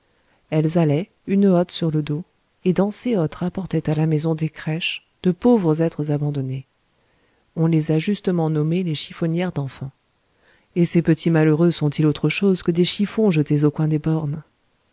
elles allaient une hotte sur le dos et dans ces hottes rapportaient à la maison des crèches de pauvres êtres abandonnés on les a justement nommées les chiffonnières d'enfants et ces petits malheureux sont-ils autre chose que des chiffons jetés au coin des bornes